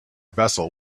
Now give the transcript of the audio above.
vessel